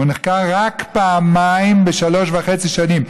הוא נחקר רק פעמיים בשלוש וחצי שנים.